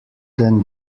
than